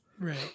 Right